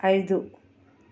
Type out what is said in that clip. ఐదు